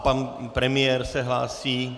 Pan premiér se hlásí.